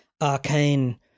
arcane